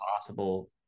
possible